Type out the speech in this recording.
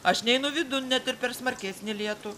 aš neinu vidun net ir per smarkesnį lietų